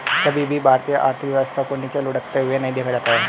कभी भी भारतीय आर्थिक व्यवस्था को नीचे लुढ़कते हुए नहीं देखा जाता है